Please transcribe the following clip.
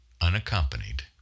unaccompanied